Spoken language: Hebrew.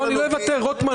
לא, אני לא אוותר, רוטמן.